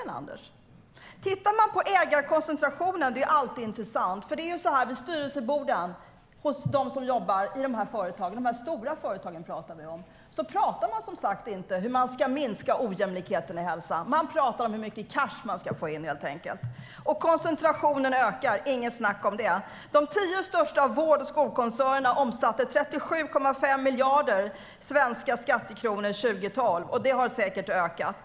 Det är alltid intressant att titta på ägarkoncentrationen. Vid styrelseborden i dessa stora företag talar man inte om hur man ska minska ojämlikheterna i hälsan. Man talar helt enkelt om hur mycket cash man ska få in. Koncentrationen ökar - inget snack om det. De tio största vård och skolkoncernerna omsatte 37,5 miljarder svenska skattekronor 2012, och det har säkert ökat.